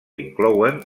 inclouen